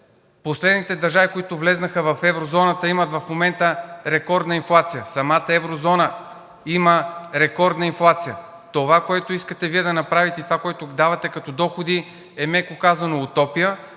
последните държави, които влязоха в еврозоната, имат в момента рекордна инфлация – самата еврозона има рекордна инфлация. Това, което Вие искате да направите и което давате като доходи, е, меко казано, утопия